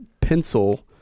Pencil